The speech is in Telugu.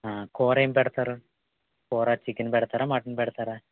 కూర ఏం పెడతారు కూర చికెన్ పెడతారా మటన్ పెడతారా